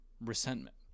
resentment